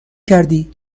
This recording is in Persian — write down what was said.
کردی